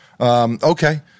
Okay